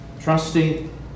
trusting